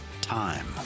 time